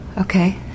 Okay